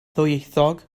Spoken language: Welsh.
ddwyieithog